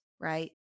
right